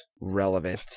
relevant